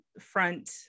front